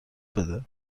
بده